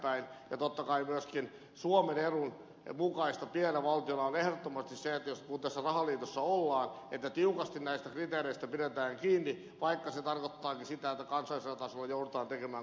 totta kai myöskin suomen edun mukaista pienenä valtiona on ehdottomasti se kun tässä rahaliitossa ollaan että tiukasti näistä kriteereistä pidetään kiinni vaikka se tarkoittaakin sitä että kansallisella tasolla joudutaan tekemään kovia päätöksiä